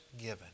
given